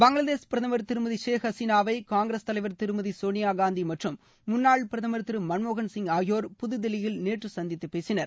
பங்களாதேஷ் பிரதமர் திருமதி ஷேக் ஹசினாவை காங்கிரஸ் தலைவர் திருமதி சோனியா காந்தி மற்றும் முன்னாள் பிரதமர் திரு மன்மோகன் சிங் ஆகியோர் புதுதில்லியில் நேற்று சந்தித்து பேசினார்